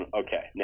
okay